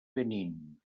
benín